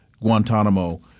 Guantanamo